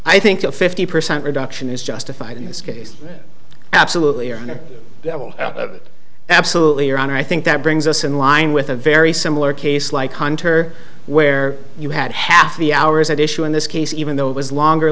i think a fifty percent reduction is justified in this case absolutely or absolutely your honor i think that brings us in line with a very similar case like hunter where you had half the hours at issue in this case even though it was longer